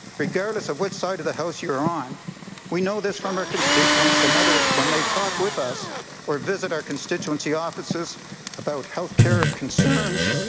regardless of which side of the house you're on we know this from our constituents and others when they talk with us or visit our constituency offices about health care concerns,